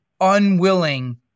unwilling